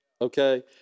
okay